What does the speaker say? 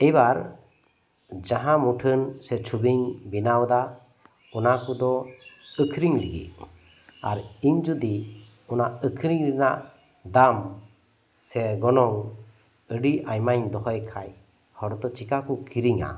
ᱮᱭᱵᱟᱨ ᱡᱟᱦᱟᱸ ᱢᱩᱴᱷᱟᱹᱱ ᱥᱮ ᱪᱷᱩᱵᱤᱧ ᱵᱮᱱᱟᱣ ᱫᱟ ᱚᱱᱟ ᱠᱚᱫᱚ ᱟᱠᱷᱨᱤᱧ ᱞᱟᱜᱤᱜ ᱟᱨ ᱤᱧ ᱡᱩᱫᱤ ᱚᱱᱟ ᱟᱠᱷᱨᱤᱧ ᱨᱮᱱᱟᱜ ᱫᱟᱢ ᱥᱮ ᱜᱚᱱᱚᱝ ᱟᱹᱰᱤ ᱟᱭᱢᱟᱧ ᱫᱚᱦᱚᱭ ᱠᱷᱟᱡ ᱦᱚᱲ ᱫᱚ ᱪᱤᱠᱟ ᱠᱚ ᱠᱤᱨᱤᱧᱟ